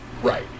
Right